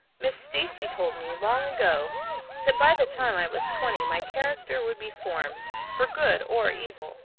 miss stacy told me long ago that by the time i was twenty my character would be formed, for good or evil.